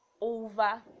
over